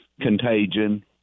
contagion